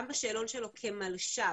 גם בשאלון שלו כמלש"ב,